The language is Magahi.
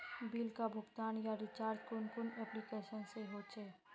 बिल का भुगतान या रिचार्ज कुन कुन एप्लिकेशन से होचे?